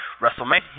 WrestleMania